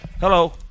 hello